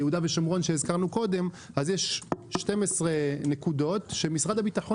ביהודה ושומרון יש 12 נקודות שמשרד הביטחון